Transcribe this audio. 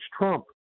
Trump